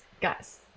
guys